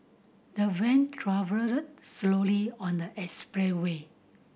the van travelled slowly on the expressway